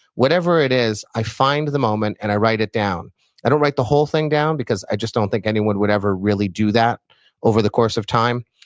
whatever it is, i find the moment and i write it down i don't write the whole thing down because i just don't think anyone would ever really do that over the course of time.